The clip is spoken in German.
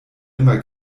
immer